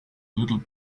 little